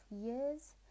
years